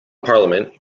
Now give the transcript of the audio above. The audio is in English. parliament